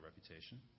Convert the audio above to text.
reputation